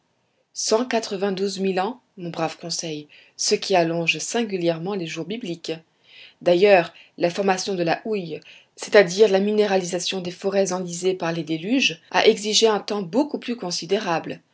mille ans mon brave conseil ce qui allonge singulièrement les jours bibliques d'ailleurs la formation de la houille c'est-à-dire la minéralisation des forêts enlisées par les déluges a exigé un temps beaucoup plus considérable